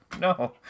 no